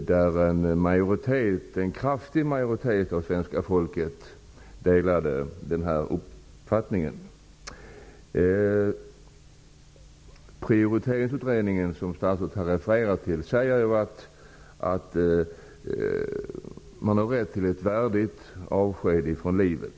där en kraftig majoritet av svenska folket delade denna uppfattning. Prioriteringsutredningen, som statsrådet refererade till, säger att man har rätt till ett värdigt avsked från livet.